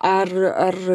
ar ar